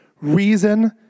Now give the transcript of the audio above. reason